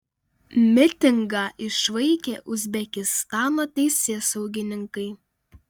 mitingą išvaikė uzbekistano teisėsaugininkai